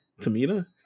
Tamina